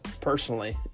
personally